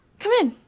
come in!